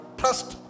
trust